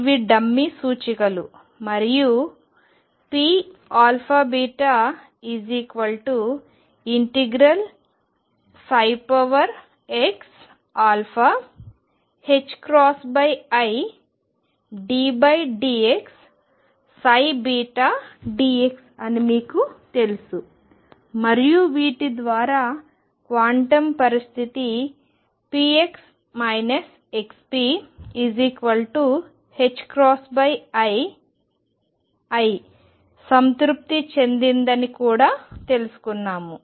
ఇవి డమ్మీ సూచికలు మరియు pαβ∫xiddx dx అని మీకు తెలుసు మరియు వీటి ద్వారా క్వాంటం పరిస్థితి px xpiI సంతృప్తి చెందిందని కూడా తెలుసుకున్నాము